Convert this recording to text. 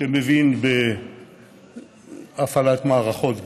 מבין בהפעלת מערכות גדולות.